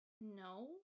No